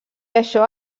això